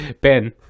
ben